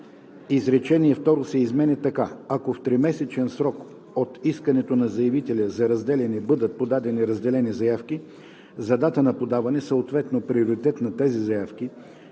изречение второ се изменя така: „Ако в тримесечен срок от искането на заявителя за разделяне бъдат подадени разделени заявки, за дата на подаване, съответно приоритет на тези заявки,